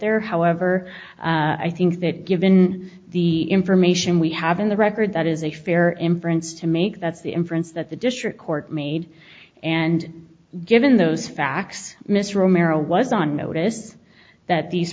there however i think that given the information we have in the record that is a fair inference to make that's the inference that the district court made and given those facts mr romero was on notice that these